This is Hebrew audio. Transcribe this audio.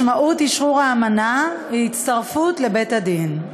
משמעות אשרור האמנה היא הצטרפות לבית-הדין.